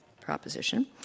proposition